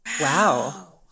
Wow